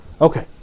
Okay